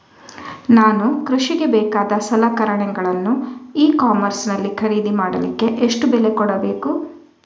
ನಾನು ಕೃಷಿಗೆ ಬೇಕಾದ ಸಲಕರಣೆಗಳನ್ನು ಇ ಕಾಮರ್ಸ್ ನಲ್ಲಿ ಖರೀದಿ ಮಾಡಲಿಕ್ಕೆ ಎಷ್ಟು ಬೆಲೆ ಕೊಡಬೇಕು?